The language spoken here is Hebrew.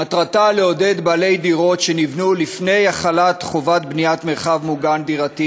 מטרתה לעודד בעלי דירות שנבנו לפני החלת חובת בניית מרחב מוגן דירתי